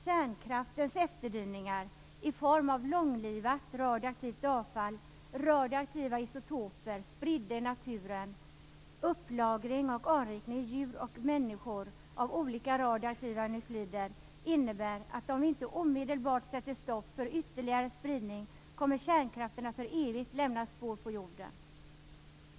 Kärnkraftens efterdyningar, i form av långlivat radioaktivt avfall, radioaktiva isotoper spridda i naturen, upplagring och anrikning i djur och människor av olika radioaktiva nuklider, innebär att om vi inte omedelbart sätter stopp för ytterligare spridning kommer kärnkraften att för evigt lämna spår på jorden.